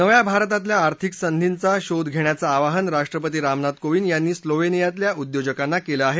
नव्या भारतातल्या आर्थिक संधीचा शोध घेण्याचं आवाहन राष्ट्रपती रामनाथ कोविंद यांनी स्लोवेनियातल्या उद्योजकांना केलं आहे